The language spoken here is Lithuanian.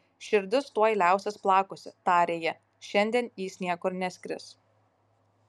širdis tuoj liausis plakusi tarė ji šiandien jis niekur neskris